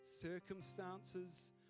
circumstances